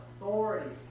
authority